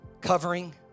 Covering